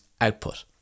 output